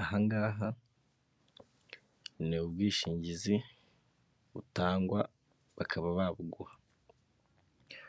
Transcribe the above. Ahangaha ni ubwishingizi butangwa bakaba babuguha,